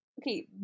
okay